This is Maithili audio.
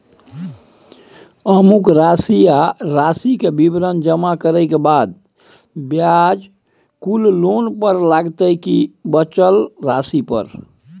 अमुक राशि आ राशि के विवरण जमा करै के बाद ब्याज कुल लोन पर लगतै की बचल राशि पर?